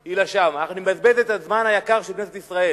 היא לשווא, אני מבזבז את הזמן היקר של כנסת ישראל,